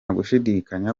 gushidikanya